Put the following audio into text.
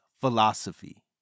philosophy